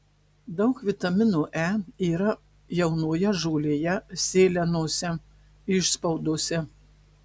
daug vitamino e yra jaunoje žolėje sėlenose išspaudose